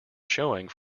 showing